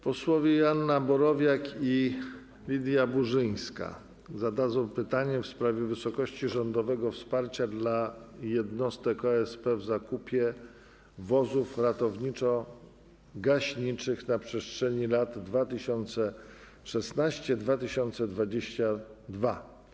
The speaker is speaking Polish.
Posłowie Joanna Borowiak i Lidia Burzyńska zadadzą pytanie w sprawie wysokości rządowego wsparcia dla jednostek OSP w zakupie wozów ratowniczo-gaśniczych na przestrzeni lat 2016-2022.